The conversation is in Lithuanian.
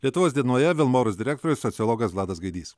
lietuvos dienoje vilmorus direktorius sociologas vladas gaidys